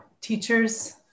teachers